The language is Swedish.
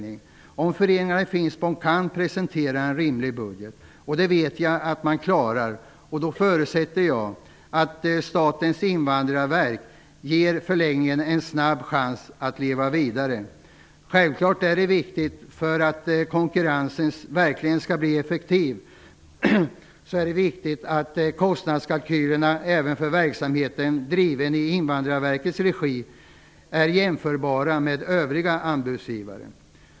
Jag förutsätter att Statens invandrarverk, om föreningarna i Finspång kan presentera en rimlig budget -- och det vet jag att man klarar -- snabbt kommer att ge förläggningen en chans att leva vidare. För att konkurrensen verkligen skall bli effektiv är det självfallet viktigt att kostnadskalkylerna även för verksamhet i Invandrarverkets regi är jämförbara med övriga anbudsgivares.